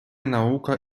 наука